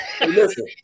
Listen